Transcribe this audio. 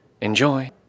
Enjoy